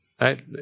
right